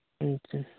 ᱟᱪᱪᱷᱟ